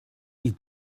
eat